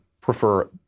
prefer